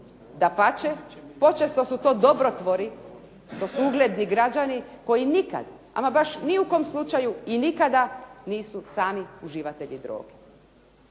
Dapače, počesto su to dobrotvori, to su ugledni građani koji nikad ama baš ni u kojem slučaju i nikada nisu sami uživatelji droge.